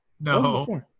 no